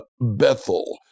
Bethel